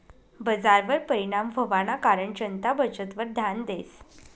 बजारवर परिणाम व्हवाना कारण जनता बचतवर ध्यान देस